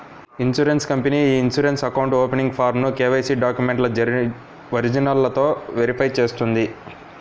insurance company ఇ insurance account opening ఫారమ్ను KYC డాక్యుమెంట్ల ఒరిజినల్లతో వెరిఫై చేస్తుంది